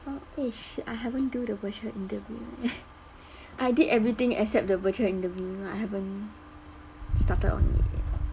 orh eh shit I haven't do the virtual interview I did everything except the virtual interview I haven't started on it yet